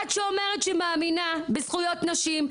את שאומרת שהיא מאמינה בזכויות נשים,